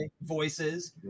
Voices